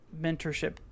mentorship